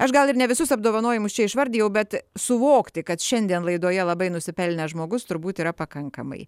aš gal ir ne visus apdovanojimus čia išvardijau bet suvokti kad šiandien laidoje labai nusipelnęs žmogus turbūt yra pakankamai